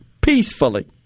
peacefully